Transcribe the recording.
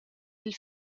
dil